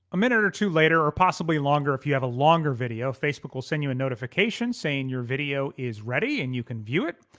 a minute or two later, or possibly longer if you have a longer video, facebook will send you a notification saying your video is ready and you can view it.